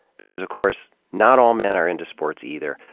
because of course not all men are into sports, either.